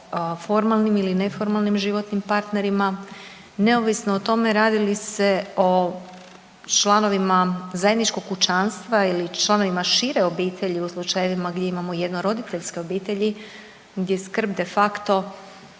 formalnim ili neformalnim životnim partnerima, neovisno o tome radi li se o članovima zajedničkog kućanstva ili članovima šire obitelji u slučajevima gdje imamo jednoroditeljske obitelji gdje skrb de facto